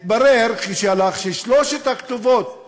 התברר, אחרי שהלך, ששלוש הכתובות